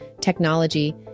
technology